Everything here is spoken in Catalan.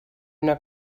una